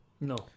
No